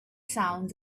sounds